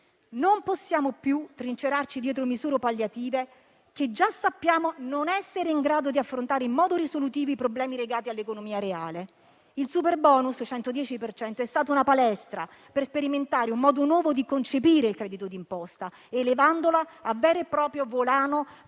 Non possiamo più trincerarci dietro misure palliative che già sappiamo non essere in grado di affrontare in modo risolutivo i problemi legati all'economia reale. Il superbonus 110 per cento è stato una palestra per sperimentare un modo nuovo di concepire il credito d'imposta, elevandolo a vero e proprio volano